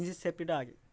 নিজের safety guard